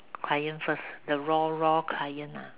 client first the raw raw client lah